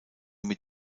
mit